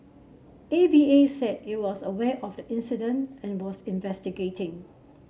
A V A said it was aware of the incident and was investigating